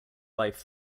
life